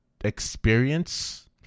experience